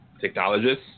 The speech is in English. technologists